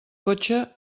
cotxe